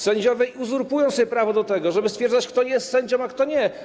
Sędziowie uzurpują sobie prawo do tego, żeby stwierdzać, kto jest sędzią, a kto nie.